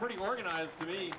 pretty organized for